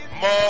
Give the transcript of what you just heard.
More